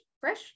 fresh